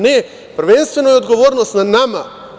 Ne, prvenstveno je odgovornost na nama.